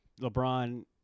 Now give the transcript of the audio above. LeBron